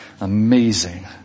Amazing